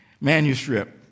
manuscript